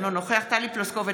אינו נוכח טלי פלוסקוב,